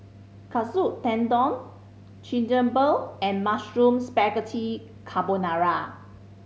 Katsu Tendon Chigenabe and Mushroom Spaghetti Carbonara